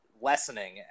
lessening